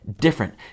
different